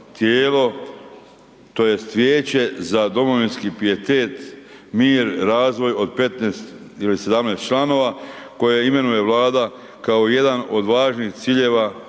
tijelo tj. vijeće za domovinski pijetet, mir i razvoj od 15 ili 17 članova koje imenuje Vlada kao jedan od važnih ciljeva